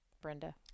Brenda